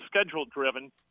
schedule-driven